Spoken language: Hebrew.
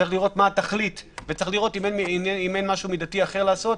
צריך לראות מהי התכלית וצריך לראות אם אין משהו מידתי אחר לעשות,